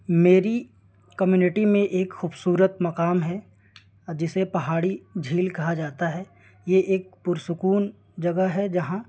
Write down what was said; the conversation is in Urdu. میری کمیونٹی میں ایک خوبصورت مقام ہے جسے پہاڑی جھیل کہا جاتا ہے یہ ایک پرسکون جگہ ہے جہاں